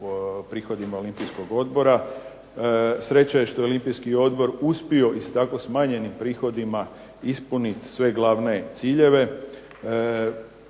prihodima Olimpijskog odbora. Sreća je što je Olimpijski odbor uspio i s tako smanjenim prihodima ispuniti sve glavne ciljeve.